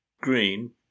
green